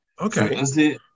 Okay